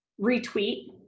retweet